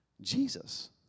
Jesus